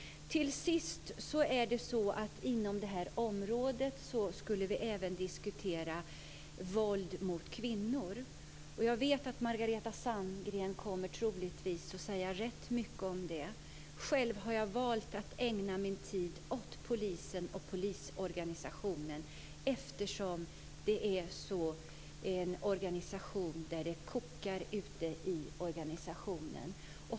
Till sist är det så att vi inom det här området även skulle diskutera våld mot kvinnor. Jag vet att Margareta Sandgren troligtvis kommer att säga rätt mycket om det. Själv har jag valt att ägna min tid åt polisen och polisorganisationen eftersom det är en organisation där det kokar ute i landet.